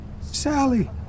Sally